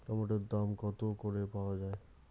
টমেটোর দাম কত করে পাওয়া যায়?